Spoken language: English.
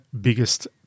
biggest